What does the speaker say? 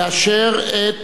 לאשר את